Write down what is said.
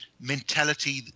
mentality